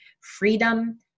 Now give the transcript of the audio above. freedom